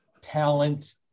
talent